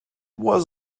was